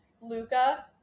Luca